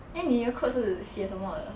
then 你的 code 是写什么的